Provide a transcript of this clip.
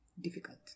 difficult